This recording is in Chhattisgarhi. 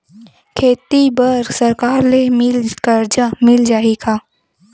खेती बर सरकार ले मिल कर्जा मिल जाहि का?